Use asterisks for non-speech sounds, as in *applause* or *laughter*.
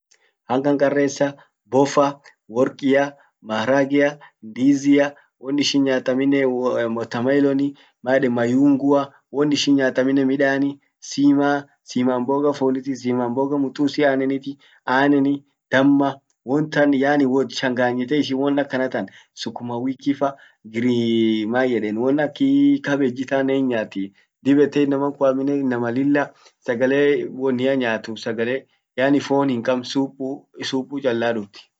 Hanqarqaresa, bofa, workia, maharagea, ndizia, won ishin nyaat amminen *unintelligible* watermaelon, maeden mayungua, won ishin nyaat amminen midani, sima, sima mboga foni, sima mboga mutusi ananeti, anneni, damma, won tan yaani wot changanyite ushin won akana tan, sukuma wikifa, greens, *hesitation* won akii cbbagefa hinnyaati dib ete inaman kun amminen inama lilla sagalee wonnia nyaatu sagale nyaani fon hin kabn supuu, supuu chala dut.